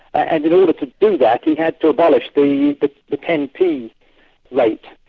and in order to do that, he had to abolish the the ten p like